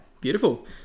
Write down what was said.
Beautiful